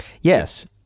Yes